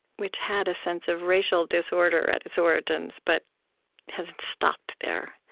which had a sense of racial disorder at its origins, but hasn't stopped there.